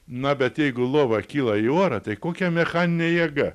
na bet jeigu lova kyla į orą tai kokia mechaninė jėga